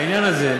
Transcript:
בעניין הזה,